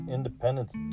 Independence